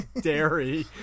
Dairy